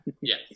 yes